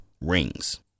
rings